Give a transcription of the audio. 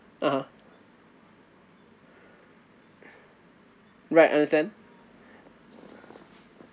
(uh huh) right understand